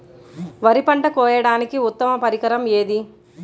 వరి పంట కోయడానికి ఉత్తమ పరికరం ఏది?